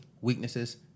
Weaknesses